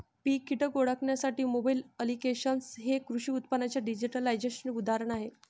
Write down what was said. पीक कीटक ओळखण्यासाठी mobile applications हे कृषी उत्पादनांच्या डिजिटलायझेशनचे उदाहरण आहे